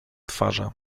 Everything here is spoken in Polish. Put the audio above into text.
twarze